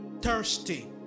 thirsty